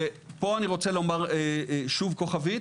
ופה אני רוצה לומר שוב כוכבית: